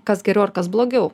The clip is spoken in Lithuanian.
kas geriau ar kas blogiau